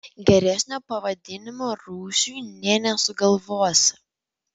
geresnio pavadinimo rūsiui nė nesugalvosi